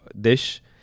dish